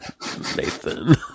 Nathan